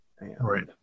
Right